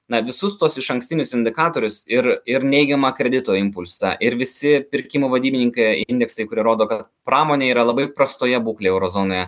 na visus tuos išankstinius indikatorius ir ir neigiamą kredito impulsą ir visi pirkimo vadybininkai indeksai kurie rodo kad pramonė yra labai prastoje būklėje euro zonoje